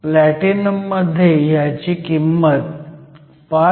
प्लॅटिनममध्ये ह्याची किंमत 5